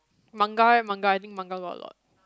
manga leh manga I think manga got a lot